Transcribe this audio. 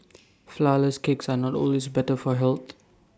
Flourless Cakes are not always better for health